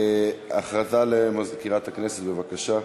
הודעה למזכירת הכנסת, בבקשה.